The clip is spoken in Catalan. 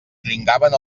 dringaven